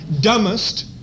dumbest